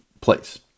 place